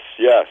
yes